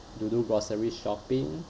to do grocery shopping